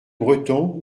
breton